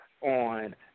on